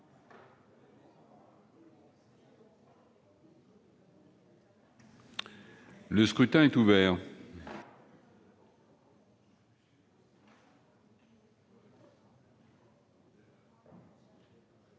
Le scrutin est ouvert.